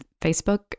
Facebook